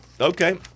Okay